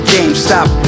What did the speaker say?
GameStop